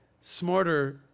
smarter